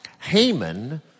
Haman